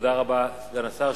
תודה רבה, סגן השר.